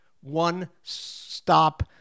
one-stop